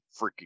freaking